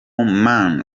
mana